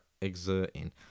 exerting